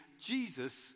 Jesus